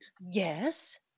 Yes